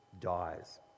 dies